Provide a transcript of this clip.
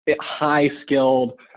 high-skilled